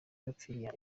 bamfitiye